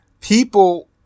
People